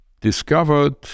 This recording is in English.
discovered